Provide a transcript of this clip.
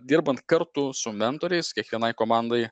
dirbant kartu su mentoriais kiekvienai komandai